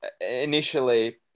initially